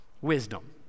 wisdom